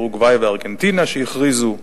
אורוגוואי וארגנטינה שהכריזו,